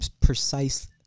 precise